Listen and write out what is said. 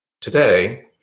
today